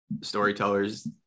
storytellers